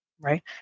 right